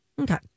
Okay